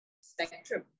spectrum